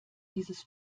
dieses